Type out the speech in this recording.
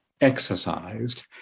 exercised